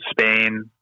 Spain